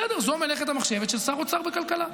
בסדר, זאת מלאכת המחשבת של שר האוצר בכלכלה.